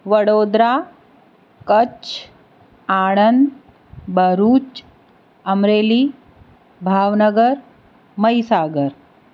Vadodara Kutch Anand Bharuch Amreli Bhavnagar Mahisagar